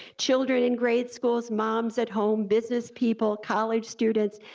children in grade schools, moms at home, business people, college students,